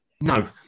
No